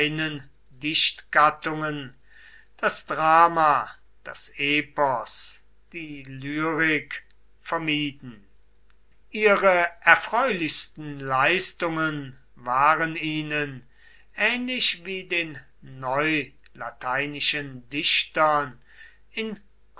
dichtgattungen das drama das epos die lyrik vermieden ihre erfreulichsten leistungen waren ihnen ähnlich wie den neulateinischen dichtern in